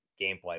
gameplay